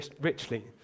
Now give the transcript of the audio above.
richly